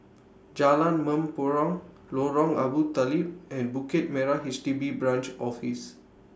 Jalan Mempurong Lorong Abu Talib and Bukit Merah H D B Branch Office